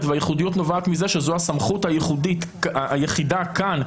והייחודיות נובעת מזה שזו הסמכות היחידה כאן,